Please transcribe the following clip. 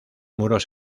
muros